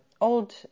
old